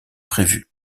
prévue